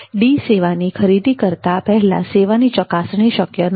D સેવાની ખરીદી કરતા પહેલા સેવાની ચકાસણી શક્ય નથી